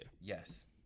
Yes